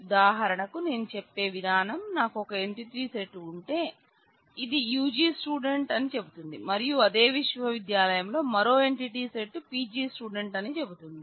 ఉదాహరణకు నేను చెప్పే విధానం నాకు ఒక ఎంటిటీ సెట్ ఉంటే ఇది UG స్టూడెంట్ అని చెబుతుంది మరియు అదే విశ్వవిద్యాలయంలో మరో ఎంటిటీ సెట్ PG స్టూడెంట్ అని చెబుతుంది